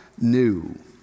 new